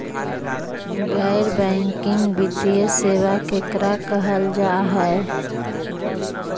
गैर बैंकिंग वित्तीय सेबा केकरा कहल जा है?